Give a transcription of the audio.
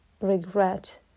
regret